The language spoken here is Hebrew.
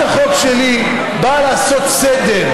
במקום להילחם בשביל החלשים,